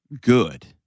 good